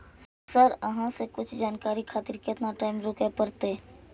Sir अहाँ से कुछ जानकारी खातिर केतना टाईम रुके परतें?